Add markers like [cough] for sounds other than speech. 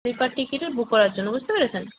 sleeper ticket [unintelligible] book করার জন্য বুঝতে পেরেছেন